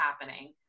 happening